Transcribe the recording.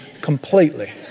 completely